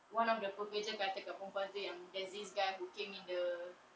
one of the pekerja kata dengan perempuan tu yang there's this guy who came in the